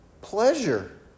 pleasure